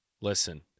listen